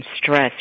stress